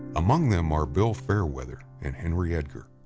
among them are bill fairweather and henry edgar.